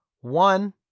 One